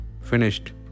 finished